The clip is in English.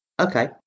Okay